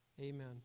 Amen